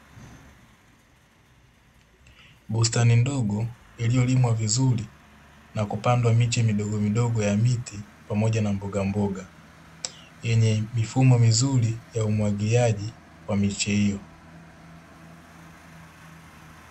Bustani ndogo iliyolimwa vizuri na kupandwa miche midogomidogo ya miti pamoja na mboga mboga yenye mifumo mizuri ya umwagiliaji wa miche hiyo.